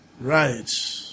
Right